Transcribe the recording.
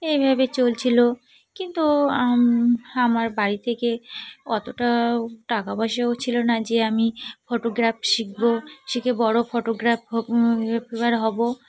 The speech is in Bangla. এইভাবে চলছিলো কিন্তু আমার বাড়ি থেকে অতটা টাকা পয়সাও ছিলো না যে আমি ফটোগ্রাফ শিখবো শিখে বড়ো ফটোগ্রাফ হার হব